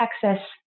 Texas